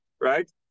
right